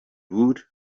woot